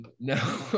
no